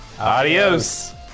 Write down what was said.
Adios